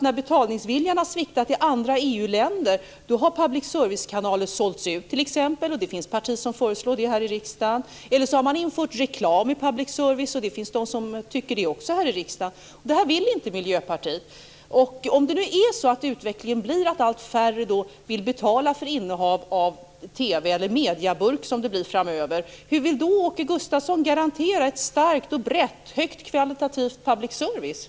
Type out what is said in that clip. När betalningsviljan har sviktat i andra EU-länder har t.ex. public service-kanaler sålts ut. Det finns partier här i riksdagen som föreslår det. Eller så har man infört reklam i public service-kanaler. Det finns också partier här i riksdagen som tycker att man ska göra det. Det vill inte Miljöpartiet. Om nu utvecklingen blir att allt färre vill betala för innehav av TV - eller medieburk, som det blir framöver - hur vill då Åke Gustavsson garantera en stark, bred och högkvalitativ public service?